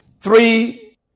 three